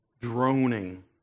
droning